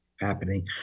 happening